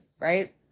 right